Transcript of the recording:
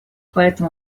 поэтому